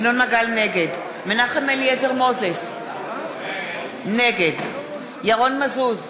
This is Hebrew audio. נגד מנחם אליעזר מוזס, נגד ירון מזוז,